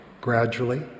Gradually